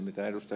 kun ed